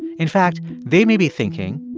in fact, they may be thinking,